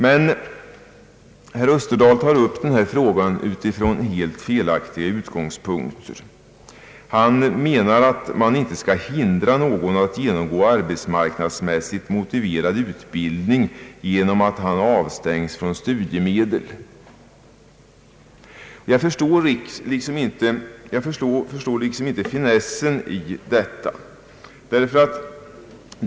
Men herr Österdahl tar upp denna fråga från helt felaktiga utgångspunkter och anser att man inte bör hindra någon att genomgå arbetsmarknadsmässigt motiverad utbildning ge nom avstängning från studiemedel. Jag förstår inte finessen i detta resonemang.